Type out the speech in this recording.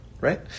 right